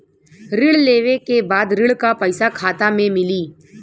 ऋण लेवे के बाद ऋण का पैसा खाता में मिली?